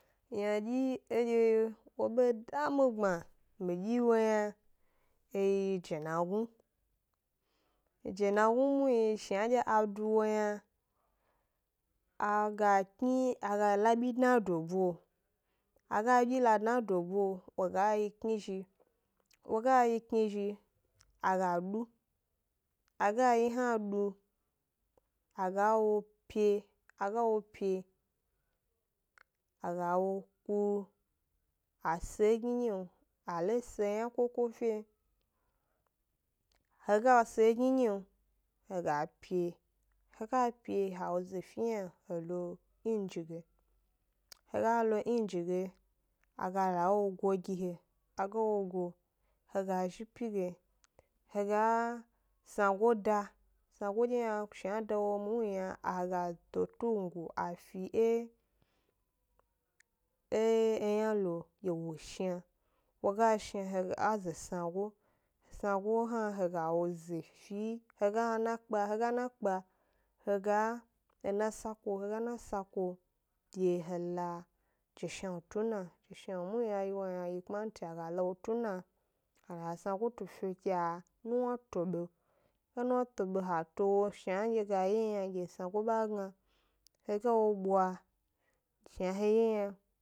Ynadyi edye wo be da mi gbma mi dyi wo yna, e yi jenagnu, jenagnu muhni shnadye a du wo yna, a ga kni a ga la 'byi dna dobuo, a ga 'byi la dna e dobuo, wo ga 'wyi kni zhi, wo ga 'wyi kni zhi a ga du, a ga 'wyi hna du, a ga wo pye, a ga wo pye, a ga wo ku a se e gninyio, a lo se yna koko 'fe, he ga se e gninyio, he ga pye, he ga pye ha wo ze fi yna, he lo inji ge, he ga lo inji ge, a ga lo wo go gi he aga wo go, he ga zhi 'pyi ge, he ga snago da, snago dye hna shna a da wo muhni yna, a ga to tungu a fi e eyna lo ge wo shna, wo ga shna he a ze snago, a snago hna he ga wo ze fi, he ga na kpa, he ga na kpa. he ga ena sa kuo, ke he la jeshnawnu tu e na, jeshnawnu muhni a yi wo yna yi kpanti, a ga la wo tu e na, a ga snago to fio ke a nuwna to beo, ha nuwna to beo ha to wo shnadye ga ye yna dye snago ba gna. He ga wo bwa shna he ye yna